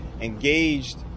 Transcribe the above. engaged